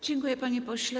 Dziękuję, panie pośle.